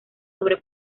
sobre